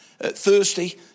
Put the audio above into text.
Thursday